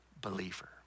believer